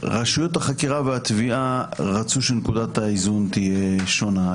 אבל רשויות החקירה והתביעה רצו שנקודת האיזון תהיה שונה.